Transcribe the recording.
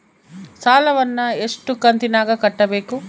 ಸಾಲವನ್ನ ಎಷ್ಟು ಕಂತಿನಾಗ ಕಟ್ಟಬೇಕು?